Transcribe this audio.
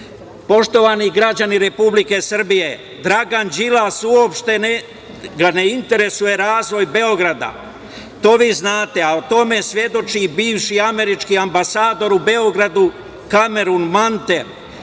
građani Republike Srbije, Dragana Đilasa uopšte ne interesuje razvoj Beograda, to vi znate, a o tome svedoči bivši američki ambasador u Beogradu Kamerun Manter,